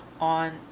on